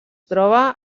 troba